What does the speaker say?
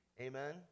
amen